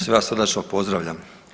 Sve vas srdačno pozdravljam.